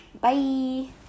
Bye